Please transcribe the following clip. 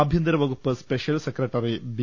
ആഭ്യ ന്തര വകുപ്പ് special secretary B